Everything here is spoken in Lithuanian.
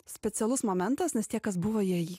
specialus momentas nes tie kas buvo jie jį